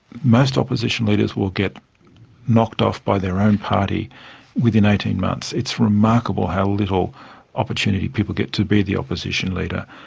most opposition leaders will get knocked off by their own party within eighteen months. it's remarkable how little opportunity people get to be the opposition leader.